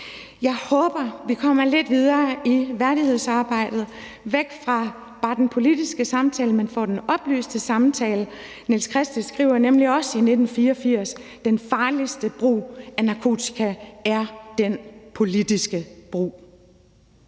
Jeg håber, vi kommer lidt videre i værdighedsarbejdet, væk fra bare den politiske samtale, så man får den oplyste samtale. Nils Christie skriver nemlig også i 1984: Den farligste brug af narkotika er den politiske brug.